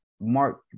Mark